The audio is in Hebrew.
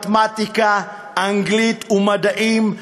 ללמוד לימודי מתמטיקה, אנגלית ומדעים.